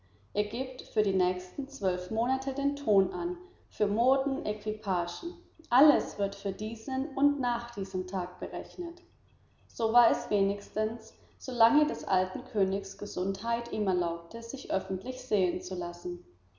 er gibt für die nächsten zwölf monate den ton an für moden equipagen alles wird für diesen tag und nach diesem tag berechnet so war es wenigstens solange des alten königs gesundheit ihm erlaubte sich öffentlich sehen zu lassen